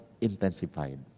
intensified